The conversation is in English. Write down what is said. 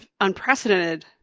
unprecedented